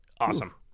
Awesome